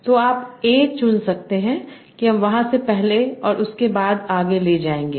तो आप a चुन सकते हैं कि हम वहां से पहले और उसके बाद आगे ले जाएंगे